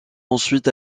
ensuite